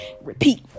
repeat